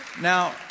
Now